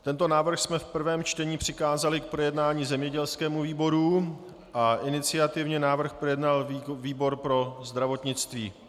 Tento návrh jsme v prvém čtení přikázali k projednání zemědělskému výboru a iniciativně návrh projednal výbor pro zdravotnictví.